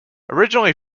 originally